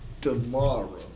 Tomorrow